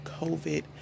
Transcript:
COVID